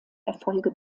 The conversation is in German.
erfolge